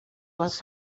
was